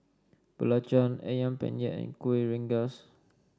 Belacan ayam Penyet and Kueh Rengas